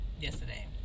yesterday